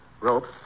rope